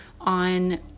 on